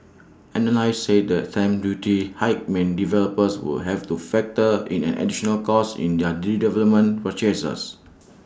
analysts said the stamp duty hike meant developers would have to factor in an additional cost in their redevelopment purchases